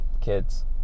Kids